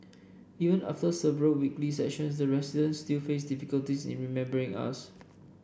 even after several weekly sessions the residents still faced difficulties in remembering us